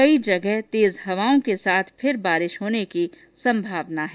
कई जगह तेज हवाओं के साथ फिर बारिश होने की संभावना है